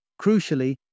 Crucially